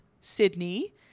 Sydney